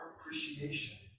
appreciation